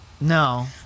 no